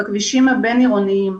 בכבישים הבין-עירוניים.